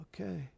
Okay